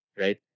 right